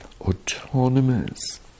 autonomous